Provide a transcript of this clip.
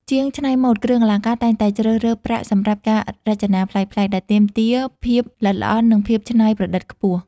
ជាងច្នៃម៉ូដគ្រឿងអលង្ការតែងតែជ្រើសរើសប្រាក់សម្រាប់ការរចនាប្លែកៗ ដែលទាមទារភាពល្អិតល្អន់ និងភាពច្នៃប្រឌិតខ្ពស់។